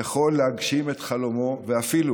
יכול להגשים את חלומו ואפילו